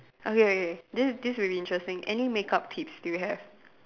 okay okay okay this this will very interesting any makeup tips do you have